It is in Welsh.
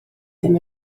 ddim